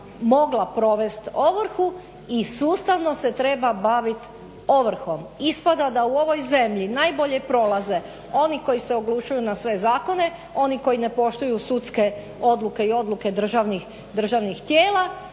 mogla provest ovrhu i sustavno se treba bavit ovrhom. Ispada da u ovoj zemlji najbolje prolaze oni koji se oglušuju na sve zakone, oni koji ne poštuju sudske odluke i odluke državnih tijela,